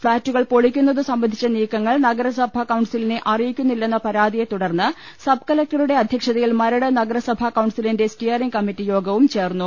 ഫ്ളാറ്റുകൾ പൊളിക്കുന്നതു സംബ ന്ധിച്ച നീക്കങ്ങൾ നഗരസഭാ കൌൺസിലിനെ അറിയിക്കു ന്നില്ലെന്ന പരാതിയെ തുടർന്ന് സബ്കലക്ടറുടെ അധ്യക്ഷ തയിൽ മരട് നഗരസഭാ കൌൺസിലിന്റെ സ്റ്റിയറിംഗ് കമ്മറ്റി യോഗവും ചേർന്നു